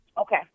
Okay